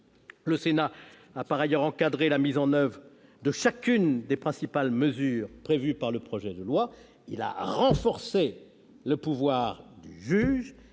Le Sénat a par ailleurs encadré la mise en oeuvre de chacune des principales mesures prévues par le projet de loi. Il a renforcé le pouvoir du juge